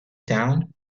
town